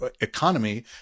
economy